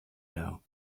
know